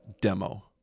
Demo